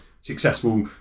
successful